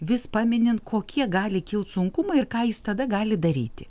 vis paminint kokie gali kilt sunkumai ir ką jis tada gali daryti